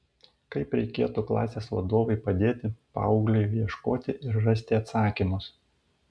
kaip reikėtų klasės vadovui padėti paaugliui ieškoti ir rasti atsakymus